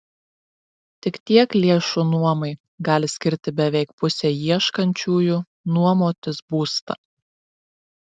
tik tiek lėšų nuomai gali skirti beveik pusė ieškančiųjų nuomotis būstą